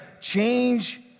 change